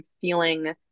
feeling